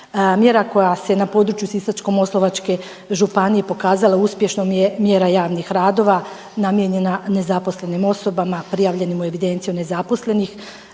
Mjera koja se na području Sisačko-moslavačke županije pokazala uspješnom je mjera javnih radova namijenjena nezaposlenim osoba prijavljenim u evidenciju nezaposlenih.